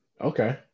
Okay